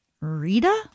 Rita